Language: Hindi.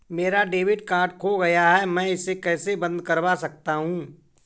मेरा डेबिट कार्ड खो गया है मैं इसे कैसे बंद करवा सकता हूँ?